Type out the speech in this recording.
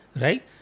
Right